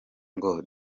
ngo